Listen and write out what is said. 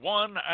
one